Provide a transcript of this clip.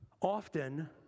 Often